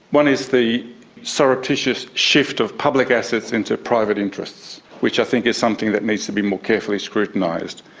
one is the surreptitious shift of public assets into private interests, which i think is something that needs to be more carefully scrutinised.